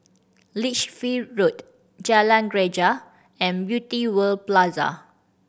Lichfield Road Jalan Greja and Beauty World Plaza